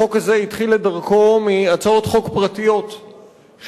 החוק הזה התחיל את דרכו מהצעות חוק פרטיות שלי,